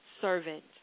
servant